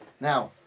Now